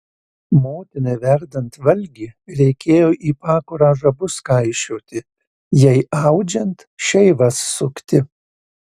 motinai verdant valgį reikėjo į pakurą žabus kaišioti jai audžiant šeivas sukti